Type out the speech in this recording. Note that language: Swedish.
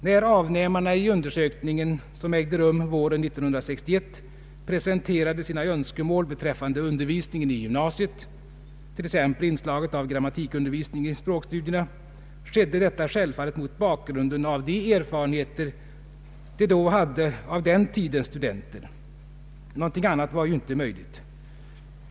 När avnämarna i undersökningen, som ägde rum våren 1961, presenterade sina önskemål beträffande undervisningen i gymnasiet, t.ex. inslaget av grammatikundervisning i språkstudierna, skedde detta självfallet mot bakgrunden av de erfarenheter de hade av den tidens studenter. Något annat var ju inte möjligt.